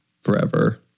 forever